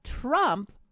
Trump